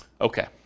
Okay